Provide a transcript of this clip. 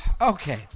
Okay